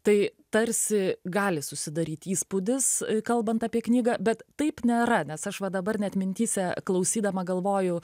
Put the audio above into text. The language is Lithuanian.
tai tarsi gali susidaryt įspūdis kalbant apie knygą bet taip nėra nes aš va dabar net mintyse klausydama galvoju